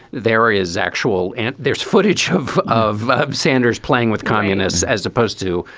there is actual and there's footage of of sanders playing with communists as opposed to,